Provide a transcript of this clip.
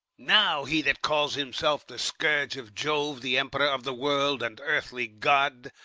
now he that calls himself the scourge of jove, the emperor of the world, and earthly god,